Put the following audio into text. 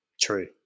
True